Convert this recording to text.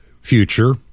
future